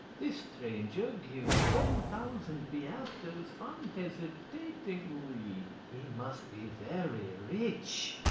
this stranger gives ten thousand piastres unhesitatingly! he must be very rich.